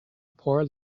poor